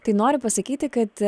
tai nori pasakyti kad